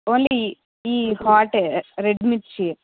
only ఈ hot red మిర్చి